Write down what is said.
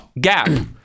gap